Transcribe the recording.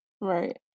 Right